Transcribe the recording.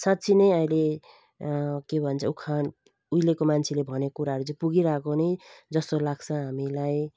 साँच्चै नै अहिले के भन्छ उखान उहिलेको मान्छेले भनेको कुराहरू चाहिँ पुगिरहेको नै जस्तो लाग्छ हामीलाई